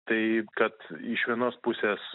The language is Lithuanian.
tai kad iš vienos pusės